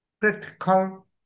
practical